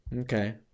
Okay